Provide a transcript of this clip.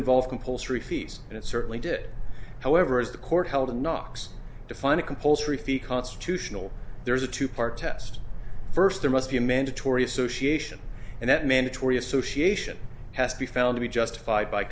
involved compulsory fees and it certainly did however as the court held knox define a compulsory fee constitutional there's a two part test first there must be a mandatory association and that mandatory association has to be found to be justified by